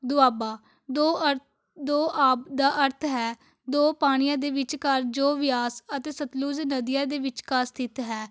ਦੁਆਬਾ ਦੋ ਅਰ ਦੋ ਆਬ ਦਾ ਅਰਥ ਹੈ ਦੋ ਪਾਣੀਆਂ ਦੇ ਵਿੱਚਕਾਰ ਜੋ ਬਿਆਸ ਅਤੇ ਸਤਲੁਜ ਨਦੀਆਂ ਦੇ ਵਿਚਕਾਰ ਸਥਿਤ ਹੈ